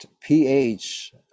pH